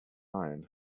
iron